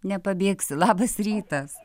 nepabėgsi labas rytas